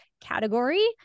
category